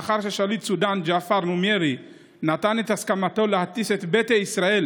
לאחר ששליט סודאן ג'עפר נומיירי נתן את הסכמתו להטיס את ביתא ישראל,